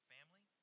Family